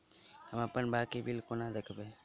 हम अप्पन बाकी बिल कोना देखबै?